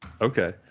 Okay